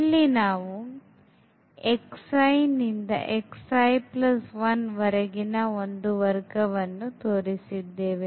ಇಲ್ಲಿ ನಾವು ಇಂದ ವರೆಗಿನ ಒಂದು ವರ್ಗವನ್ನು ತೋರಿಸಿದ್ದೇವೆ